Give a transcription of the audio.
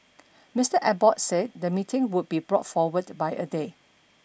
Mister Abbott said the meeting would be brought forward by a day